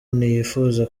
ntiyifuza